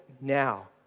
now